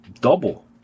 double